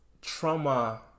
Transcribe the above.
trauma